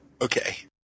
Okay